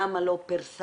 למה לא פרסמת,